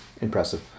impressive